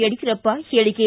ಯಡಿಯೂರಪ್ಪ ಹೇಳಿಕೆ